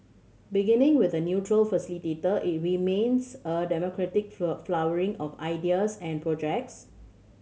beginning with a neutral facilitator it remains a democratic flowering of ideas and projects